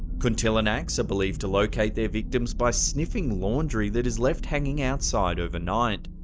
kuntilanaks are believed to locate their victims by sniffing laundry that is left hanging outside overnight.